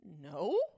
No